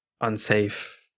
unsafe